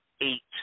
eight